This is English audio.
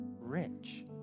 rich